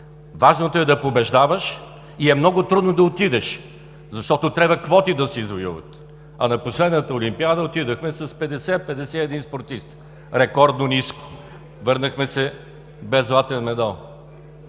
Важното е да побеждаваш и е много трудно да отидеш, защото трябва да се извоюват квоти. На последната Олимпиада отидохме с 50 – 51 спортисти – рекордно ниско. Върнахме се без златен медал.